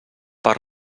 per